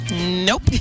Nope